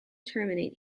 terminate